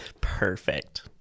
Perfect